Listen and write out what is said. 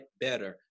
better